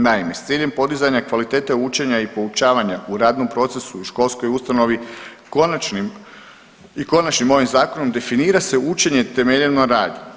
Naime, s ciljem podizanja kvalitete učenja i poučavanja u radnom procesu u školskoj ustanovi konačnim, konačnim ovim zakonom definira se učenje temeljeno na radu.